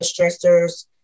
stressors